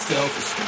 Selfish